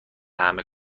همه